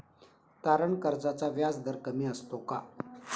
तारण कर्जाचा व्याजदर कमी असतो का?